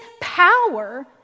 power